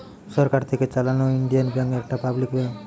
সরকার থিকে চালানো Indian Bank একটা পাবলিক ব্যাঙ্ক